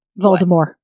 Voldemort